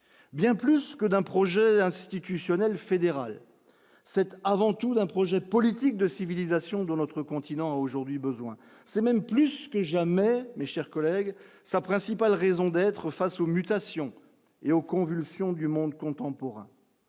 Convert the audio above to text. bien plus que d'un projet institutionnel fédéral cette avant tout d'un projet politique de civilisation de notre continent aujourd'hui besoin, c'est même plus que jamais mais, chers collègues, sa principale raison d'être face aux mutations et aux convulsions du monde contemporain,